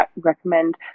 recommend